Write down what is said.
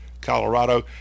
Colorado